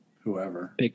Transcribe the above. whoever